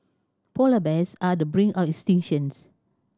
polar bears are the brink of extinctions